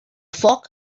foc